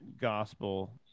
gospel